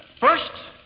first,